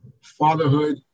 fatherhood